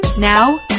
Now